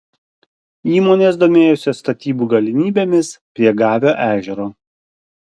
įmonės domėjosi statybų galimybėmis prie gavio ežero